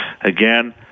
Again